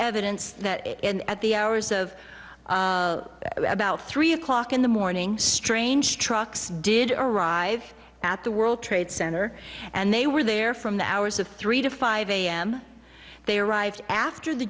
evidence that at the hours of about three o'clock in the morning strange trucks did arrive at the world trade center and they were there from the hours of three to five a m they arrived after the